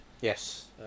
Yes